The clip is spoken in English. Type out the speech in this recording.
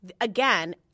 again